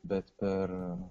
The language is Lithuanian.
bet per